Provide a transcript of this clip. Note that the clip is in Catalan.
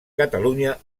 catalunya